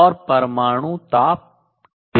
और परमाणु ताप T पर हैं